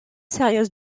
sérieuses